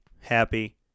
happy